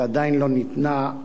שעדיין לא ניתנה,